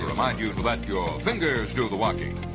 remind you let your fingers do the walking.